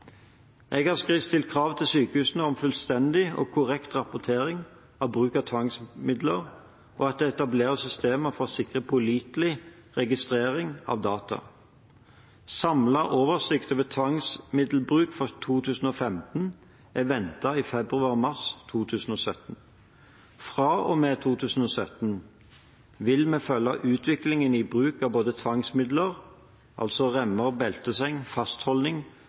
Jeg har stilt krav til sykehusene om fullstendig og korrekt rapportering av bruk av tvangsmidler og at det etableres systemer for å sikre pålitelig registrering av data. En samlet oversikt over tvangsmiddelbruk for 2015 er ventet i februar/mars 2017. Fra og med 2017 vil vi følge utviklingen i bruk av både tvangsmidler – altså remmer/belteseng, fastholding, kortvarig anbringelse bak låst dør og